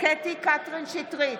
קטי קטרין שטרית,